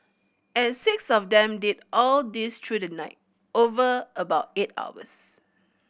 and six of them did all this through the night over about eight hours